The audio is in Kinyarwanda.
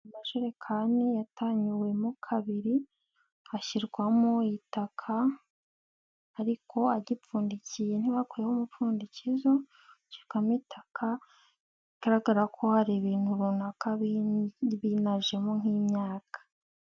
Amajerekani yatanyuwemo kabiri, hashyirwamo itaka ariko agipfundikiye ntibakuho umupfundikizo bashyiramo itaka, bigaragara ko hari ibintu runaka binajemo nk'imyaka.